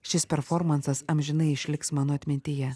šis performansas amžinai išliks mano atmintyje